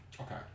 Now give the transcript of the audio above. okay